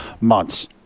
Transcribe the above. months